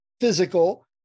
physical